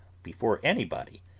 before anybody.